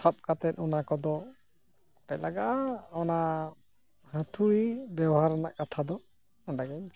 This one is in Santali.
ᱥᱟᱵ ᱠᱟᱛᱮᱫ ᱚᱱᱟ ᱠᱚᱫᱚ ᱠᱚᱴᱮᱡ ᱞᱟᱜᱟᱜᱼᱟ ᱚᱱᱟ ᱦᱟᱹᱛᱷᱩᱲᱤ ᱵᱮᱣᱦᱟᱨ ᱨᱮᱱᱟᱜ ᱠᱟᱛᱷᱟ ᱫᱚ ᱱᱚᱸᱰᱮᱜᱮᱧ ᱢᱩᱪᱟᱹᱫ